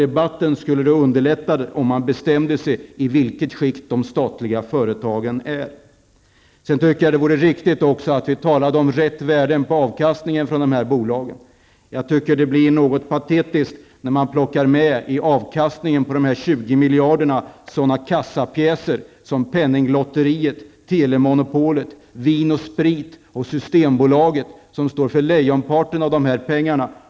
Det skulle underlätta för debatten om man bestämde sig för i vilket skick de statliga företagen är. Sedan vore det också riktigt att vi talade om rätta värden på avkastningen från de här bolagen. Det blir något patetiskt när man i avkastningen på dessa 20 miljarder plockar med sådana kassapjäser som Spritcentralen och Systembolaget. De står för lejonparten av de här pengarna.